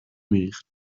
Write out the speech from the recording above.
میریخت